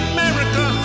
America